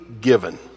given